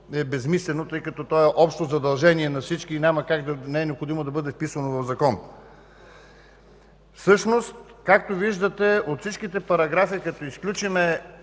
е безсмислено, тъй като то е общо задължение на всички и не е необходимо да бъде вписано в закон. Всъщност както виждате от всички параграфи като изключим